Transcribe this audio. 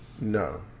No